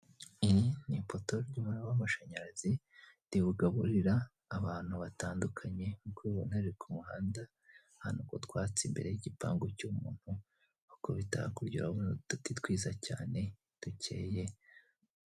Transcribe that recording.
Iri ni ipoto ry'umuriro w'amashanyarazi rigaburira abantu batandukanye nk'uko ubibona riri ku muhanda ahantu ku twatsi imbere y'igipangu cy'umuntu, akubita hakurya urabona uduti twiza cyane dukeye.